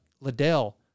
Liddell